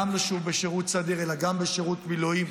גם כשהוא לא בשירות סדיר אלא בשירות מילואים,